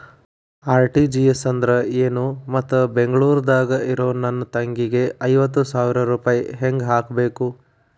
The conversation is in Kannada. ಆರ್.ಟಿ.ಜಿ.ಎಸ್ ಅಂದ್ರ ಏನು ಮತ್ತ ಬೆಂಗಳೂರದಾಗ್ ಇರೋ ನನ್ನ ತಂಗಿಗೆ ಐವತ್ತು ಸಾವಿರ ರೂಪಾಯಿ ಹೆಂಗ್ ಹಾಕಬೇಕು?